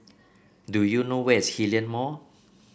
do you know where is Hillion Mall